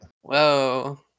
Whoa